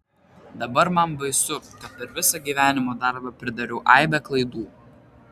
dabar man baisu kad per visą gyvenimo darbą pridariau aibę klaidų